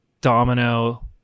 domino